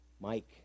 Mike